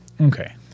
okay